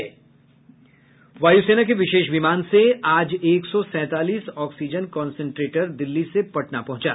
वायुसेना के विशेष विमान से आज एक सौ सैंतालीस ऑक्सीजन कॉन्संट्रेटर दिल्ली से पटना पहुंचे